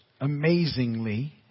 amazingly